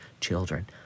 children